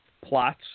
plots